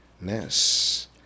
ness